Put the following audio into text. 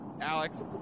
Alex